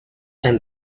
and